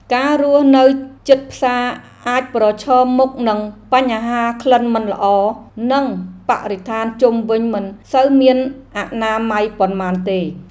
ការរស់នៅជិតផ្សារអាចប្រឈមមុខនឹងបញ្ហាក្លិនមិនល្អ និងបរិស្ថានជុំវិញមិនសូវមានអនាម័យប៉ុន្មានទេ។